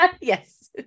Yes